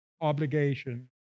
obligation